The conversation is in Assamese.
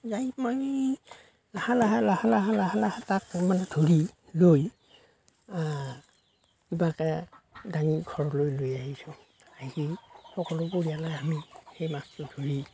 যাই মই লাহে লাহে লাহে লাহে লাহে লাহে তাত মানে ধৰি লৈ কিবাকৈ দাঙি ঘৰলৈ লৈ আহিছোঁ আহি সকলো পৰিয়ালে আমি সেই মাছটো ধৰি